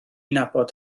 nabod